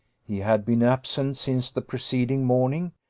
he had been absent since the preceding morning,